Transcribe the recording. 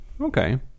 okay